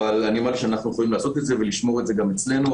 אמרתי שאנחנו יכולים לעשות את זה ולשמור את זה גם אצלנו,